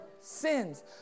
sins